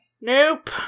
Nope